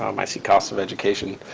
um i see cost of education